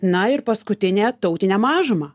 na ir paskutinė tautinę mažumą